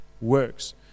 works